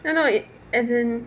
no no it as in